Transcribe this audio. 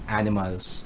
animals